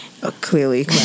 clearly